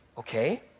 Okay